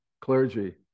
clergy